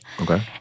Okay